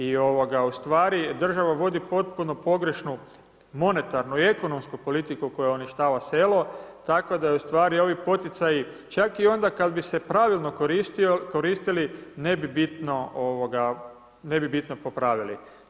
I ustvari država vodi potpuno pogrešnu monetarnu i ekonomsku politiku koja uništava selo tako ustvari ovi poticaji čak i onda kad bi se pravilno koristili, ne bi bitno popravili.